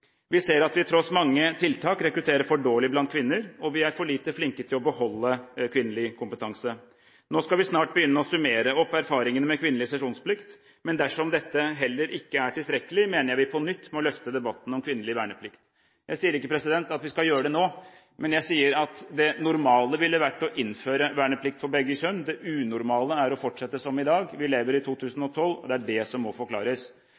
Vi ser at vi tross mange tiltak rekrutterer for dårlig blant kvinner, og vi er for lite flinke til å beholde kvinnelig kompetanse. Nå skal vi snart begynne å summere opp erfaringene med kvinnelig sesjonsplikt, men dersom dette heller ikke er tilstrekkelig, mener jeg at vi på nytt må løfte debatten om kvinnelig verneplikt. Jeg sier ikke at vi skal gjøre det nå, men jeg sier at det normale hadde vært å innføre verneplikt for begge kjønn – det unormale er å fortsette som i dag, vi lever i 2012 – og det er det som må forklares.